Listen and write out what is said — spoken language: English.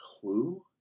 clue